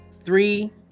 Three